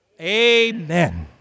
Amen